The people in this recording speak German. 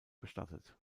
bestattet